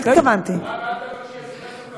חברת הכנסת נחמיאס,